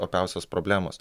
opiausios problemos